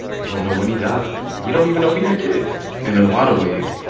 we don't know when he died. we don't even know if he had kids. and in a lot of ways,